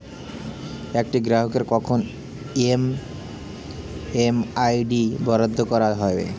একটি গ্রাহককে কখন এম.এম.আই.ডি বরাদ্দ করা হবে?